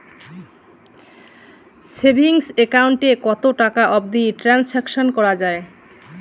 Savings account এ কতো টাকা অবধি ট্রানসাকশান করা য়ায়?